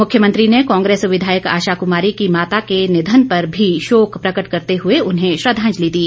मुख्यमंत्री ने कांग्रेस विधायक आशा कमारी की माता के निधन पर भी शोक प्रकट करते हुए उन्हें श्रद्वांजलि दी